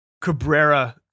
Cabrera